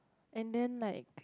and then like